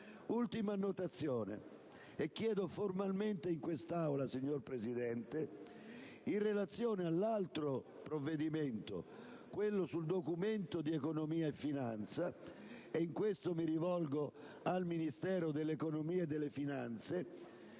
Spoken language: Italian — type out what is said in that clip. e rivolgo una richiesta formale in quest'Aula, signor Presidente, in relazione all'altro provvedimento, al Documento di economia e finanza. In questo mi rivolgo al Ministero dell'economia e delle finanze,